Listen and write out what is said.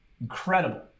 Incredible